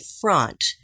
front